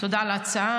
תודה על ההצעה.